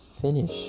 finish